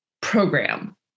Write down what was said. program